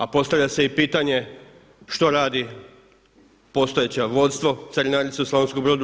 A postavlja se i pitanje, što radi postojeće vodstvo Carinarnice u Slavonskom Brodu?